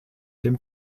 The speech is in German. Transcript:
dem